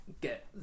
get